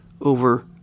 over